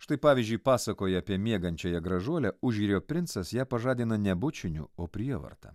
štai pavyzdžiui pasakoje apie miegančiąją gražuolę užjūrio princas ją pažadina ne bučiniu o prievarta